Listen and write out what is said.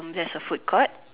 there's a food court